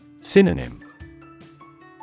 Synonym